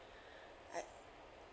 I